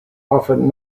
often